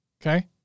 Okay